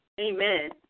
Amen